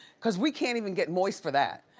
cause we can't even get moist for that.